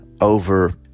over